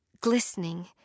glistening